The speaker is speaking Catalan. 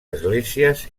esglésies